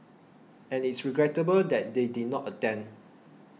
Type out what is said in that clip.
and it's regrettable that they did not attend